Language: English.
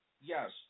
Yes